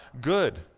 good